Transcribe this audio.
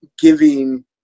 giving